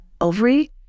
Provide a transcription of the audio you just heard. ovary